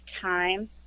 time